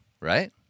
Right